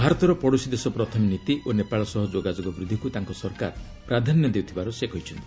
ଭାରତର 'ପଡ଼ୋଶୀ ଦେଶ ପ୍ରଥମେ' ନୀତି ଓ ନେପାଳ ସହ ଯୋଗାଯୋଗ ବୃଦ୍ଧିକୁ ତାଙ୍କ ସରକାର ପ୍ରାଧାନ୍ୟ ଦେଉଥିବାର ସେ କହିଚ୍ଛନ୍ତି